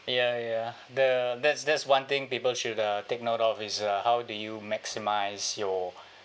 ya ya the that's that's one thing people should uh take note of is how do you maximise your